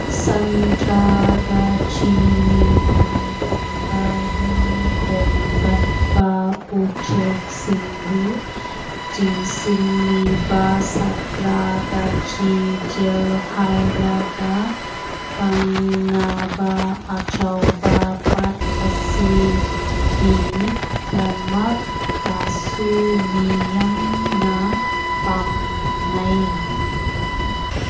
ꯁꯟꯇ꯭ꯔꯥꯒꯆꯤ ꯅꯤꯡꯊꯝ ꯊꯥꯗ ꯌꯨꯝ ꯍꯣꯡꯒꯟꯕ ꯎꯆꯦꯛꯁꯤꯡꯕꯨ ꯆꯤꯡꯁꯤꯜꯂꯤꯕ ꯁꯥꯇ꯭ꯔꯥꯒꯆꯤ ꯖꯦꯜ ꯍꯥꯏꯔꯒ ꯈꯪꯅꯕ ꯑꯆꯧꯕ ꯄꯥꯠ ꯑꯁꯤꯒꯤꯗꯃꯛꯇꯁꯨ ꯃꯤꯌꯥꯝꯅ ꯄꯥꯝꯅꯩ